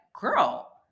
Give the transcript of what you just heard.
girl